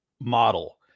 model